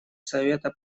совета